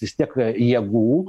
vis tiek jėgų